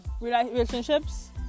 Relationships